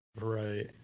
right